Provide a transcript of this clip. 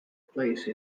place